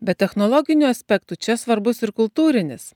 be technologinių aspektų čia svarbus ir kultūrinis